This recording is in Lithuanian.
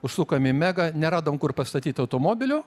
užsukom į megą neradom kur pastatyt automobilio